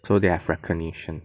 so they have recognition